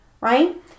right